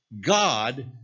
God